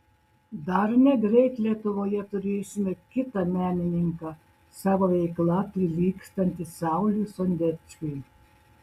dar negreit lietuvoje turėsime kitą menininką savo veikla prilygstantį sauliui sondeckiui